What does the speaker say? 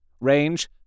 Range